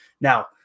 Now